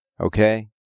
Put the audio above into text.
Okay